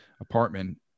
apartment